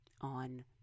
on